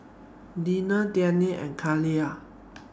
Deneen Dayna and Kayley